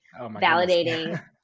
validating